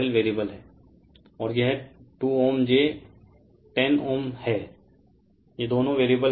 refer time 3338 ये दोनों variable हैं